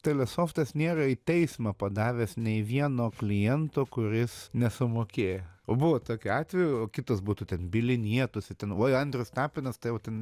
telesoftas nėra į teismą padavęs nei vieno kliento kuris nesumokėjo o buvo tokių atvejų o kitas būtų ten bylinietųsi ten oi andrius tapinas tai jau ten